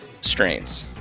strains